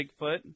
Bigfoot